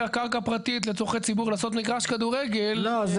קרקע פרטית לצרכי ציבור לעשות מגרש כדורגל --- לא,